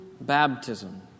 baptism